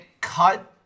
cut